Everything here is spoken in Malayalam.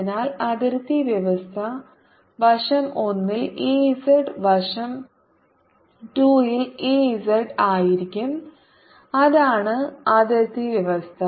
അതിനാൽ അതിർത്തി വ്യവസ്ഥ വശo 1 ൽ E z വശo 2 ൽ E z ആയിരിക്കും അതാണ് അതിർത്തി വ്യവസ്ഥ